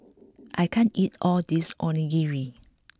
I can't eat all this Onigiri